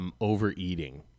Overeating